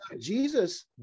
jesus